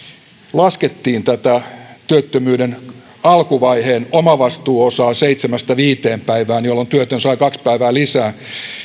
laskettiin työttömyyden alkuvaiheen omavastuuosaa seitsemästä viiteen päivään jolloin työtön saa kaksi päivää lisää